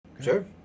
sure